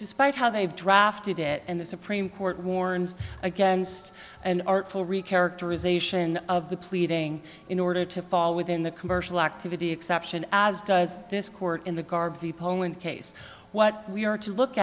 despite how they've drafted it and the supreme court warns against an artful re characterization of the pleading in order to fall within the commercial activity exception as does this court in the garvey poland case what we are to look